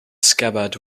scabbard